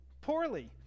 poorly